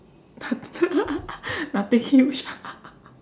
nothing huge